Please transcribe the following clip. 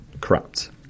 corrupt